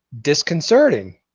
disconcerting